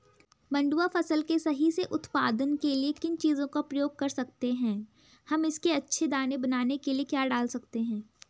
मंडुवा फसल के सही से उत्पादन के लिए किन चीज़ों का प्रयोग कर सकते हैं हम इसके अच्छे दाने बनाने के लिए क्या डाल सकते हैं?